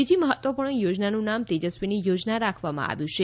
બીજી મહત્ત્વપૂર્ણ યોજનાનું નામ તેજસ્વીની યોજના રાખવામાં આવ્યું છે